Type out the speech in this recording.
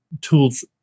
tools